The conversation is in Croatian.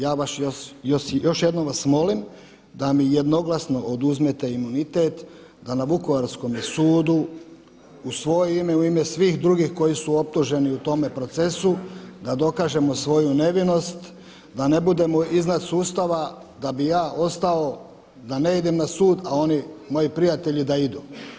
Još jednom vas molim da mi jednoglasno oduzmete imunitet da na vukovarskome sudu u svoje ime, u ime svih drugih koji su optuženi u tome procesu, da dokažemo svoju nevinost, da ne budemo iznad sustava, da bih ja ostao da ne idem na sud, a oni moji prijatelji da idu.